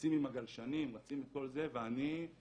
רצים עם הגלשנים, רצים את כל זה ואני שלהם.